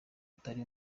utari